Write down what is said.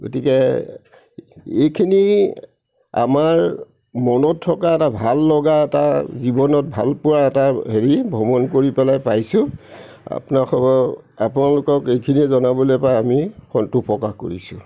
গতিকে এইখিনি আমাৰ মনত থকা এটা ভাললগা এটা জীৱনত ভালপোৱা এটা হেৰি ভ্ৰমণ কৰি পেলাই পাইছোঁ আপোনাসৱ আপোনালোকক এইখিনি জনাবলৈ পাই আমি সন্তোষ প্ৰকাশ কৰিছোঁ